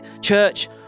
church